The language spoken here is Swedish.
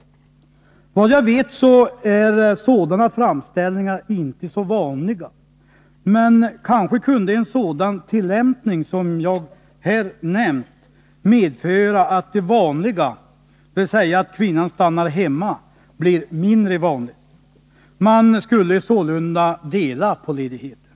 Meddelande om Såvitt jag vet är dylika framställningar inte så vanliga. Men kanske kunde en sådan tillämpning som jag här nämnt medföra att det vanliga — dvs. att kvinnan stannar hemma — blir mindre vanligt. Makarna skulle sålunda dela på ledigheten.